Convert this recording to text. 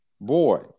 boy